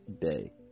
day